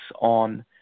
on